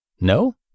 No